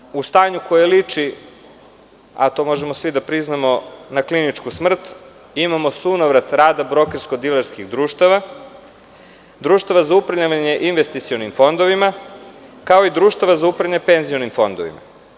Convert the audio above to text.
Pored berze, u stanju koje liči, a to možemo da priznamo, na kliničku smrt, imamo sunovrat rada brokersko-dilerskih društava, društava za upravljanje investicionim fondovima, kao i društva za upravljanje penzionim fondovima.